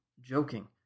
joking